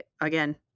again